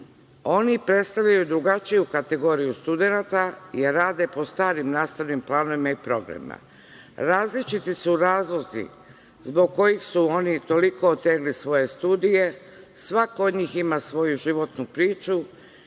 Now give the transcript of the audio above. Oni predstavljaju drugačiju kategoriju studenata i rade po starim nastavnim planovima i programima. Različiti su razlozi zbog kojih su oni toliko otegli svoje studije. Svako od njih ima svoju životnu priču